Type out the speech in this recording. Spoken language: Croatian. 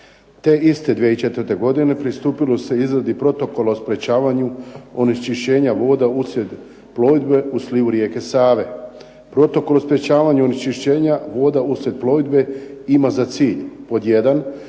Te iste 2004. godine pristupilo se izradi Protokola o sprečavanju onečišćenja voda uslijed plovidbe u slivu rijeke Save. Protokol o sprečavanju onečišćenja voda uslijed plovidbe ima za cilj: 1)